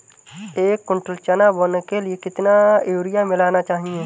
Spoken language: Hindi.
एक कुंटल चना बोने के लिए कितना यूरिया मिलाना चाहिये?